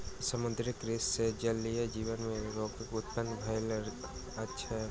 समुद्रीय कृषि सॅ जलीय जीव मे रोगक उत्पत्ति भ रहल अछि